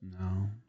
No